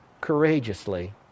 courageously